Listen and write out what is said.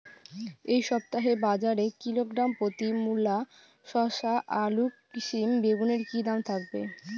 এই সপ্তাহে বাজারে কিলোগ্রাম প্রতি মূলা শসা আলু সিম বেগুনের কী দাম থাকবে?